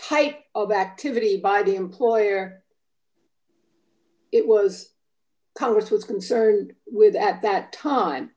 type of activity by the employer it was congress was concerned with at that time